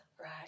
Right